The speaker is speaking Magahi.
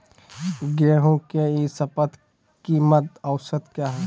गेंहू के ई शपथ कीमत औसत क्या है?